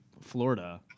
Florida